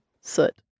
Soot